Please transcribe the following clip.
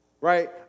right